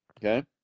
Okay